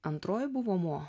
antroji buvo mo